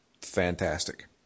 fantastic